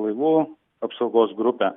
laivų apsaugos grupę